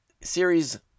Series